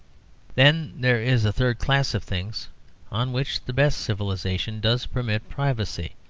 then there is a third class of things on which the best civilisation does permit privacy,